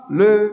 le